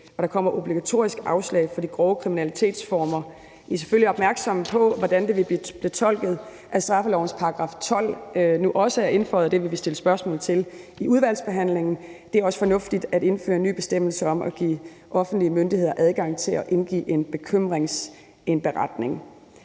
og der kommer obligatorisk afslag for de grove kriminalitetsformer. Vi er selvfølgelig opmærksomme på, hvordan det vil blive tolket, at straffelovens § 12 nu også er indføjet. Det vil vi stille spørgsmål til i udvalgsbehandlingen. Det er også fornuftigt at indføre en ny bestemmelse om at give offentlige myndigheder adgang til at indgive en bekymringsindberetning.